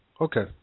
Okay